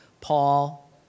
Paul